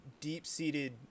deep-seated